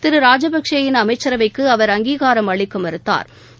திரு ராஜபக்சே யின அமைச்சரவைக்கு அவர் அங்கீகாரம் அளிக்க மறுத்தாா்